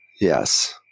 Yes